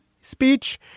speech